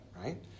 right